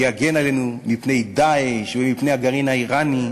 שיגן עלינו מפני "דאעש" ומפני הגרעין האיראני.